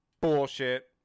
Bullshit